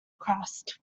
crossed